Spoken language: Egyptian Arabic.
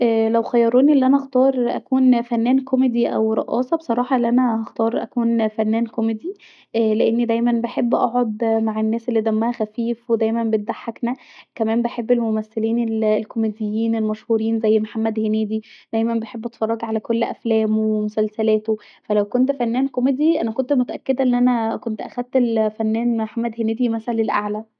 لو خيروني أن انا اختار أن أكون فنان كوميدي او رقاصه ف هختار أن انا اكون فنان كوميدي لان دايما بحب اقعد مع الناس الي دمها خفيفه ودايما بتضحكنا وكمان بحب الممثلين الكوميديين المشهورين زي محمد هنيدي دايما بحب اتفرج علي كل أفلامه ومسلسلاته ف لو كنت فنان كوميدي انا كنت متأكدة أن اخدت الفنان محمد هنيدي مثلي الاعلي